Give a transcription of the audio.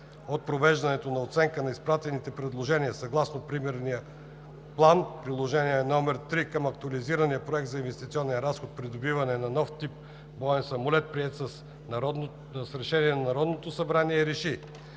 от провеждането на оценка на изпратените предложения съгласно Примерен план (Пътна карта) – Приложение № 3 към Актуализирания проект за инвестиционен разход „Придобиване на нов тип боен самолет“, приет с Решение на Народното събрание (ДВ,